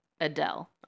Adele